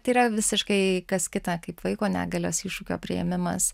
tai yra visiškai kas kita kaip vaiko negalios iššūkio priėmimas